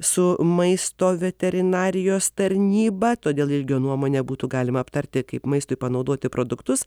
su maisto veterinarijos tarnyba todėl ilgio nuomonę būtų galima aptarti kaip maistui panaudoti produktus